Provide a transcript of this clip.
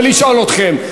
ולשאול אתכם.